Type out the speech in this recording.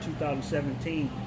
2017